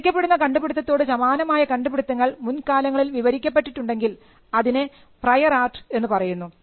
വിവരിക്കപ്പെടുന്ന കണ്ടുപിടുത്തത്തോട് സമാനമായ കണ്ടുപിടുത്തങ്ങൾ മുൻകാലങ്ങളിൽ വിവരിക്കപ്പെട്ടിട്ടുണ്ടെങ്കിൽ അതിന് പ്രയർ ആർട്ട് എന്ന് പറയുന്നു